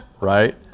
right